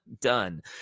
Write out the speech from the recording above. Done